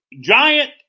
giant